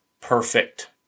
perfect